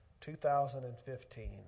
2015